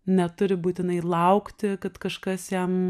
neturi būtinai laukti kad kažkas jam